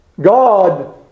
God